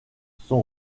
son